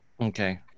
Okay